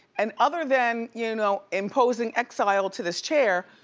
and other than, you know, imposing exile to this chair,